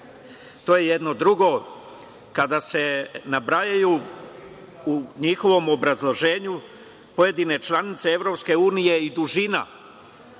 To je jedno. Drugo, kada se nabrajaju u njihovom obrazloženju pojedine članice EU i dužina